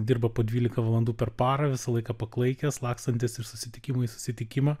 dirba po dvylika valandų per parą visą laiką paklaikęs lakstantis iš susitikimų į susitikimą